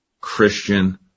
Christian